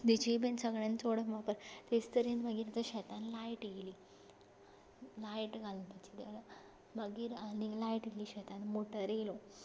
ताची बी सगल्यान चड वापर तेच तरेन मागीर शेतान लायट आयली लायट घालपाची जाल्या मागीर आनी लायट आयली शेतान मोटर आयलो